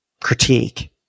Critique